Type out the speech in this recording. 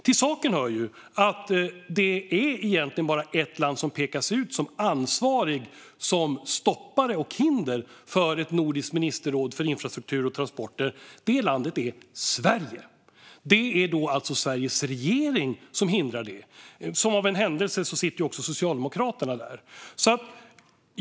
Till saken hör att det egentligen bara är ett land som pekas ut som ett hinder och ansvarigt för att stoppa ett nordiskt ministerråd för infrastruktur och transporter. Det landet är Sverige. Det är alltså Sveriges regering som hindrar det, och som av en händelse sitter också Socialdemokraterna där.